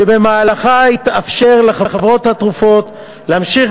שבמהלכה יתאפשר לחברות התרופות להמשיך